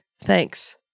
Thanks